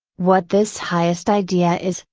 what this highest idea is,